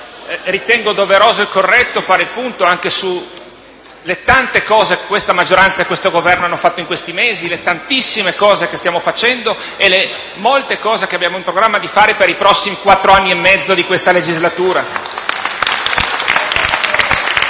allora doveroso e corretto fare il punto anche sulle tante cose che la maggioranza e il Governo hanno fatto in questi mesi; le tantissime cose che stiamo facendo e le molte cose che abbiamo in programma di fare per i prossimi quattro anni e mezzo della legislatura.